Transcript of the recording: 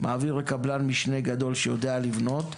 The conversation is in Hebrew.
מעביר לקבלן משנה גדול שיודע לבנות,